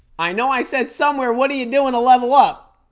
i know i said somewhere what are you doing a level up